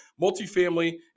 multifamily